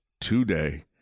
today